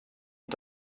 und